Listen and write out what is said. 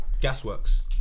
Gasworks